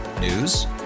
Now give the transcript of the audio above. News